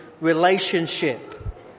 relationship